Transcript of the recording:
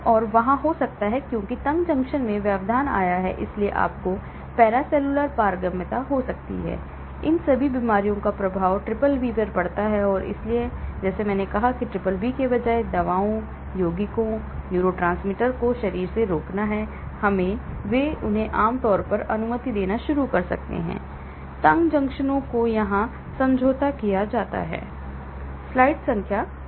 तो वहाँ हो सकता है क्योंकि तंग जंक्शन मैं व्यवधान आया है इसलिए आपको पैरासेल्युलर पारगम्यता हो सकती है इसलिए इन सभी बीमारियों का प्रभाव BBB पर पड़ सकता है और इसलिए जैसे मैंने कहा कि BBB के बजाय दवाओं यौगिकों न्यूरोट्रांसमीटर को शरीर से रोकना वे उन्हें आम तौर पर अनुमति देना शुरू कर सकते हैं तंग जंक्शनों को यहां समझौता किया जाता है